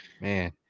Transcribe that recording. man